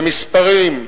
במספרים,